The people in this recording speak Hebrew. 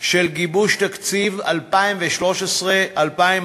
של גיבוש תקציב 2013 2014,